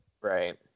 Right